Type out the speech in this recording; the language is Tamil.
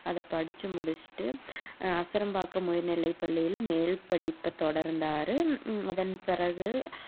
அதை படிச்சு முடிச்சிட்டு அசரம்பாக்கம் உயர்நிலைப்பள்ளியில மேல் படிப்பை தொடர்ந்தார் அதன் பிறகு